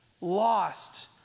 Lost